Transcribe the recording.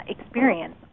experience